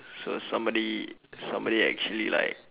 so somebody somebody actually like